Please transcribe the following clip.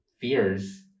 fears